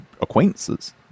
acquaintances